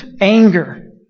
anger